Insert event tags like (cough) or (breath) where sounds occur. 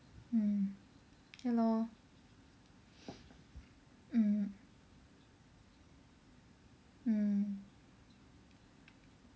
mm ya lor (breath) mm mm